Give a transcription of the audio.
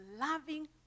loving